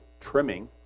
trimming